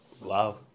Wow